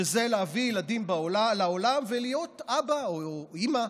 שזה להביא ילדים לעולם ולהיות אבא או אימא,